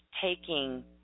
taking